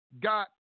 got